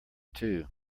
too